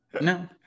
No